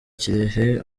kirehe